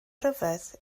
ryfedd